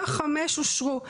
חלק מהן כבר התקבלו.